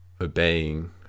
obeying